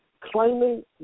claiming